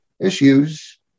issues